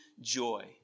joy